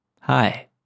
Hi